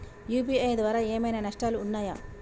UPI ద్వారా ఏమైనా నష్టాలు ఉన్నయా?